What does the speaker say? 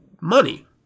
money